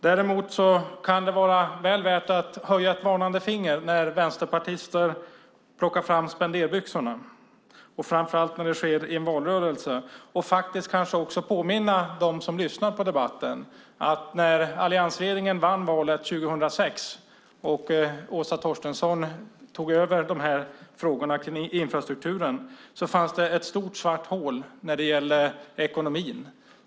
Däremot kan det vara värt att höja ett varnande finger när vänsterpartister plockar fram spenderbyxorna, framför allt när det sker i en valrörelse. Man ska kanske också påminna dem som lyssnar på debatten om hur det var när alliansregeringen vann valet 2006 och Åsa Torstensson tog över de här frågorna om infrastrukturen. Då fanns det ett stort svart hål när det gällde ekonomin.